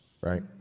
Right